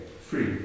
free